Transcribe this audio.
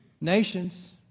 nations